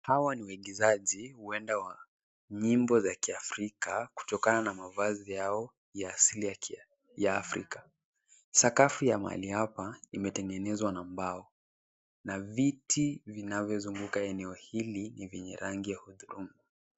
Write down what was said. Hawa ni waigizaji huenda wa nyimbo za kiafrika kutokana na mavazi yao ya asili ya Afrika. Sakafu ya mahali hapa imetengenezwa na mbao na viti vinavyozunguka eneo hili ni vyenye rangi ya hudhurungi.